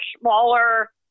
smaller